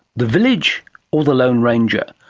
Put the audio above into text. the village or the lone ranger?